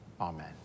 Amen